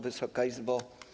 Wysoka Izbo!